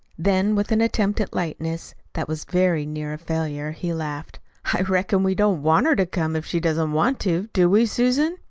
then, with an attempt at lightness that was very near a failure, he laughed i reckon we don't want her to come if she doesn't want to, do we, susan?